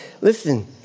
Listen